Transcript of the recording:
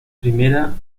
primera